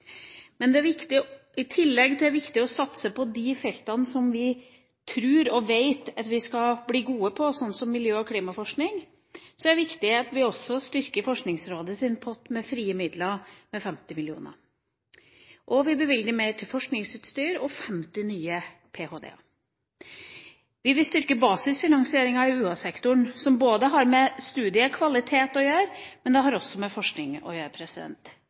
I tillegg er det viktig å satse på de feltene som vi tror og vet at vi skal bli gode på, sånn som miljø- og klimaforskning. Det er viktig at vi også styrker Forskningsrådets pott med frie midler med 50 mill. kr. Vi bevilger mer til forskningsutstyr og 50 nye PhD-er. Vi vil styrke basisfinansieringa i UH-sektoren, som har med studiekvalitet å gjøre, men det har også med forskning å gjøre.